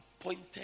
appointed